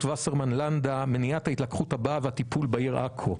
וסרמן לנדא לגבי מניעת ההתלקחות הבאה והטיפול בעיר עכו.